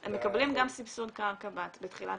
--- הם מקבלים גם סבסוד קרקע בתחילת